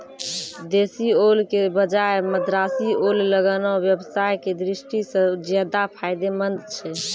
देशी ओल के बजाय मद्रासी ओल लगाना व्यवसाय के दृष्टि सॅ ज्चादा फायदेमंद छै